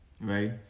right